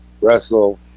wrestle